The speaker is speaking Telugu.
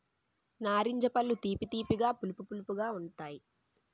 నారింజ పళ్ళు తీపి తీపిగా పులుపు పులుపుగా ఉంతాయి